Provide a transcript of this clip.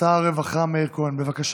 שר הרווחה מאיר כהן, בבקשה.